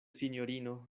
sinjorino